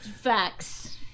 Facts